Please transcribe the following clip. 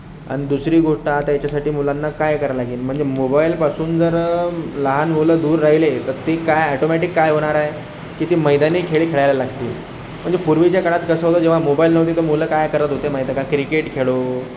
अन् दुसरी गोष्ट आता याच्यासाठी मुलांना काय करावं लागेल म्हणजे मोबाइलपासून जर लहान मुलं दूर राहिले तर ते काय ऑटोमॅटिक काय होणारे की ते मैदानी खेळी खेळायला लागतील म्हणजे पूर्वीच्या काळात कसं होतं जेव्हा मोबाइल नव्हते तर मुलं काय करत होते माहीत आहे का क्रिकेट खेळो